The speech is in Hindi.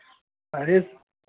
अरे